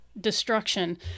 destruction